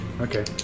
Okay